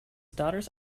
daughters